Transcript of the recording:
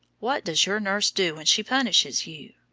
what does your nurse do when she punishes you?